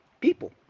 people